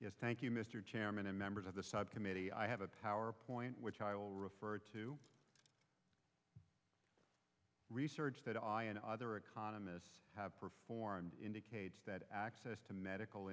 doctor thank you mr chairman and members of the subcommittee i have a our point which i will refer to research that i and other economists have performed indicates that access to medical